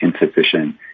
insufficient